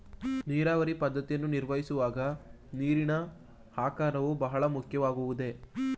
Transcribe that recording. ನೀರಾವರಿ ಪದ್ದತಿಯನ್ನು ನಿರ್ಧರಿಸುವಾಗ ನೀರಿನ ಆಕಾರವು ಬಹಳ ಮುಖ್ಯವಾಗುವುದೇ?